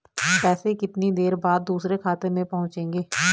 पैसे कितनी देर बाद दूसरे खाते में पहुंचेंगे?